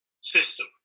system